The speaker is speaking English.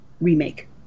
remake